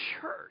church